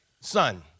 son